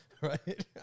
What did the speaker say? Right